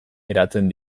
eratzen